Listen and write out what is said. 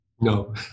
No